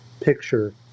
picture